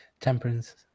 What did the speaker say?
Temperance